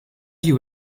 you